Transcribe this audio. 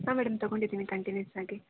ಹಾಂ ಮೇಡಮ್ ತಗೊಂಡಿದ್ದೀನಿ ಕಂಟಿನ್ಯೂಸ್ ಆಗಿ